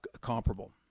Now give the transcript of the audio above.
comparable